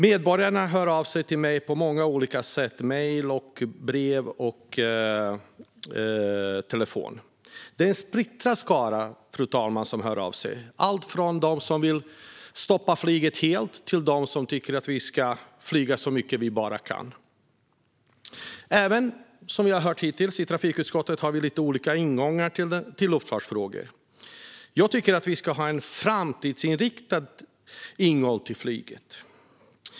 Medborgarna hör av sig till mig på många olika sätt - mejl, brev och telefon. Det är en splittrad skara som hör av sig, fru talman, allt från dem som vill stoppa flyget helt till dem som tycker att vi ska flyga så mycket vi bara kan. Som vi hört i debatten har även vi i trafikutskottet lite olika ingångar till luftfartsfrågor. Jag tycker att vi ska ha en framtidsinriktad ingång till flyget.